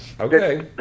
Okay